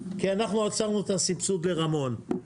כי אנחנו עצרנו את הסבסוד לרמון.